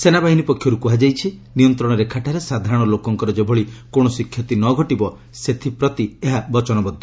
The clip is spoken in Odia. ସେନାବାହିନୀ ପକ୍ଷର୍ କୃହାଯାଇଛି ନିୟନ୍ତ୍ରଣ ରେଖାଠାରେ ସାଧାରଣ ଲୋକଙ୍କର ଯେଭଳି କୌଣସି କ୍ଷତି ନ ଘଟିବ ସେଥିପ୍ରତି ଏହା ବଚନବଦ୍ଧ